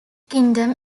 kingdom